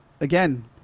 again